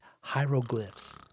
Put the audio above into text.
hieroglyphs